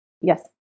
yes